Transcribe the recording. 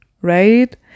Right